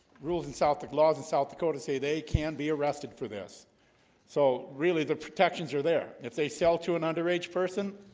rules in south declawed and south dakota say they can be arrested for this so really the protections are there if they sell to an underage person